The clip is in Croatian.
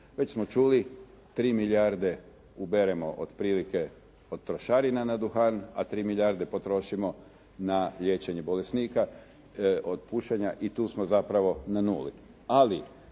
Već smo čuli 3 milijarde uberemo otprilike od trošarina na duhan, a 3 milijarde potrošimo na liječenje bolesnika od pušenja i tu smo zapravo na nuli. Ali